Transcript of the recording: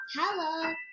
Hello